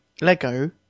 Lego